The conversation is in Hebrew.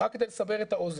רק כדי לסבר את האוזן,